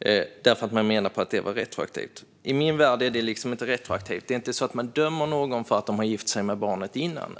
eftersom detta skulle vara retroaktivt. I min värld är detta inte retroaktivt. Det är inte så att man dömer någon för att denne tidigare har gift sig med ett barn.